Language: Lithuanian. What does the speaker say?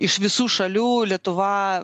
iš visų šalių lietuva